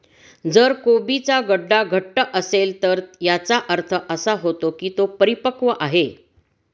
जर कोबीचा गड्डा घट्ट असेल तर याचा अर्थ असा होतो की तो परिपक्व आहे